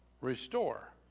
restore